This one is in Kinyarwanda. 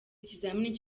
ikizamini